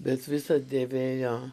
bet visad dėvėjo